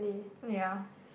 ya